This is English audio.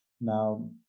now